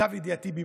למיטב ידיעתי,